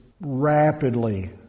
rapidly